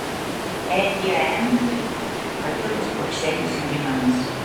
eliuentui pakilus plokštelės džiovinamos